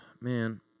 man